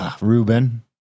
Ruben